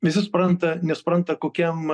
visi supranta nesupranta kokiam